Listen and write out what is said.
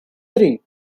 tri